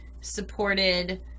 supported